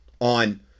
On